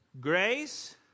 grace